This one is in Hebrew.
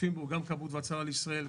ששותפים בו גם כבאות והצלה לישראל,